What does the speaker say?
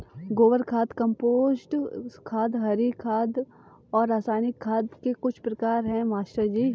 गोबर खाद कंपोस्ट खाद हरी खाद और रासायनिक खाद खाद के कुछ प्रकार है मास्टर जी